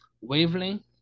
wavelength